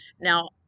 Now